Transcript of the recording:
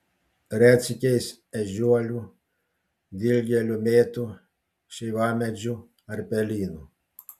retsykiais ežiuolių dilgėlių mėtų šeivamedžių ar pelynų